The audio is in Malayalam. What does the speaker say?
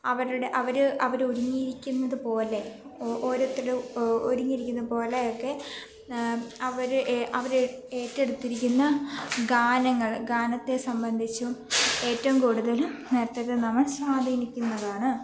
അവരുടെ അവർ അവർ ഒരുങ്ങിയിരിക്കുതു പോലെ ഓരോരുത്തരും ഒരുങ്ങിയിരിക്കുന്ന പോലെയൊക്കെ അവർ അവർ ഏറ്റെടുത്തിരിക്കുന്ന ഗാനങ്ങൾ ഗാനത്തെ സംബന്ധിച്ചും ഏറ്റവും കൂടുതലും നൃത്തത്തെ നമ്മൾ സ്വാധീനിക്കുന്നതാണ്